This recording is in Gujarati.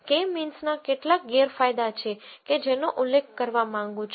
કે મીન્સના કેટલાક ગેરફાયદા છે કે જેનો ઉલ્લેખ કરવા માંગુ છું